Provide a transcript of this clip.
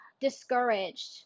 discouraged